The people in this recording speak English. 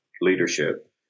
leadership